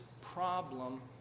problem